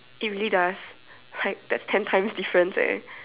it really does like that's ten times difference eh